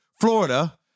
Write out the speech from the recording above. Florida